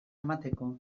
emateko